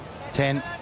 ten